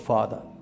Father